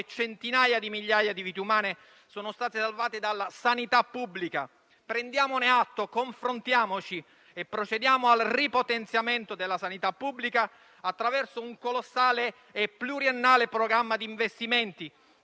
centinaia di migliaia di vite umane sono state salvate dalla sanità pubblica. Prendiamone atto, confrontiamoci e procediamo al ripotenziamento della sanità pubblica attraverso un colossale e pluriennale programma di investimenti